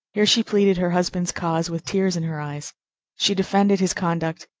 here she pleaded her husband's cause with tears in her eyes she defended his conduct,